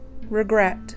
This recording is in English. regret